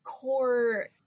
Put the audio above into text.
Core